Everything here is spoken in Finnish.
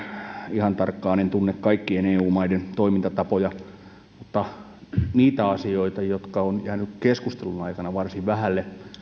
ihan tarkkaan en tunne kaikkien eu maiden toimintatapoja mutta niitä asioita jotka ovat jääneet keskustelun aikana varsin vähälle